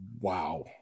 Wow